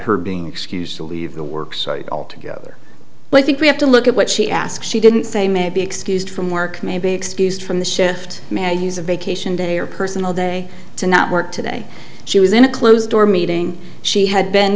her being excused to leave the work site altogether but i think we have to look at what she asked she didn't say may be excused from work may be excused from the shift use a vacation day or personal day to not work today she was in a closed door meeting she had been